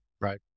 right